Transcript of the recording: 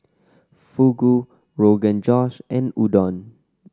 fugu Rogan Josh and Udon